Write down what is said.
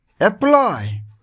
apply